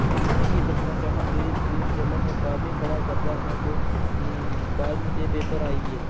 मैं तुसेंगी दस्सना चाह्नां दुई मसीबत जेल्लै मैं बाह्रमीं पढ़ा दा हा ते बाह्रमीं दे पेपर आई गे